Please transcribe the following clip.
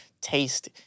taste